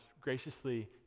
graciously